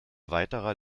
weiterer